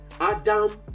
Adam